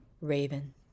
Raven